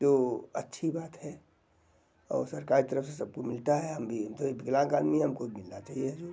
तो अच्छी बात है और सरकार की तरफ से सबको मिलता है हम भी तो विकलांग आदमी हैं हमको भी मिलना चाहिए जरुर